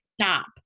stop